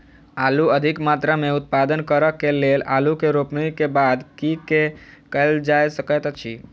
आलु अधिक मात्रा मे उत्पादन करऽ केँ लेल आलु केँ रोपनी केँ बाद की केँ कैल जाय सकैत अछि?